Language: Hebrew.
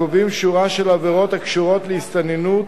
הקובעים שורה של עבירות הקשורות להסתננות,